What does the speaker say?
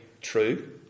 true